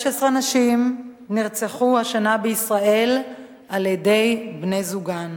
16 נשים נרצחו השנה בישראל על-ידי בני-זוגן.